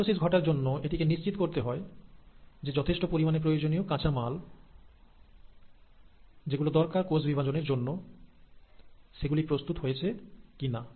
mitosis ঘটার জন্য এটিকে নিশ্চিত করতে হয় যে যথেষ্ট পরিমাণে প্রয়োজনীয় কাঁচামাল যেগুলো দরকার কোষ বিভাজন প্রক্রিয়া চালানোর জন্য সেগুলি প্রস্তুত হয়েছে কি না